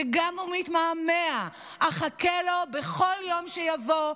וגם אם הוא מתמהמה אחכה לו בכל יום שיבוא,